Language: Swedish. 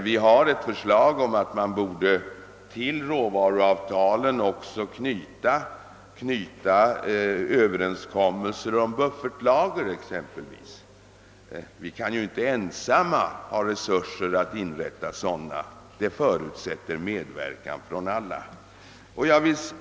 Vi har ett förslag om att man till råvaruavtalen också borde knyta överenskommelser om buffertlager exempelvis. Vi kan inte ensamma ha resurser att upprätta sådana, ty de förutsätter medverkan från alla länder.